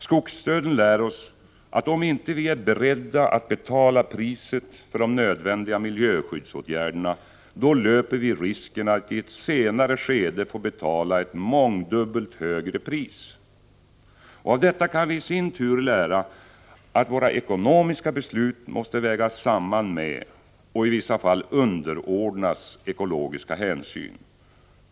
Skogsdöden lär oss att om vi inte är beredda att betala priset för de nödvändiga miljöskyddsåtgärderna, löper vi risken att i ett senare skede få betala ett mångdubbelt högre pris. Av detta kan vi också lära att våra ekonomiska beslut måste vägas samman med och i vissa fall underordnas ekologiska hänsyn.